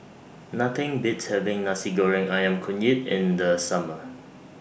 Nothing Beats having Nasi Goreng Ayam Kunyit in The Summer